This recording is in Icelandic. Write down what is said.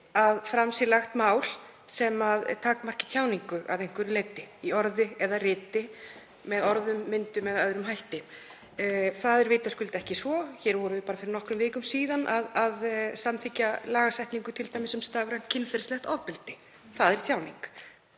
að fram sé lagt mál sem takmarkar tjáningu að einhverju leyti í orði eða riti, með orðum, myndum eða með öðrum hætti. Það er vitaskuld ekki svo. Hér vorum við fyrir nokkrum vikum að samþykkja lagasetningu um stafrænt kynferðislegt ofbeldi. Það er tjáning.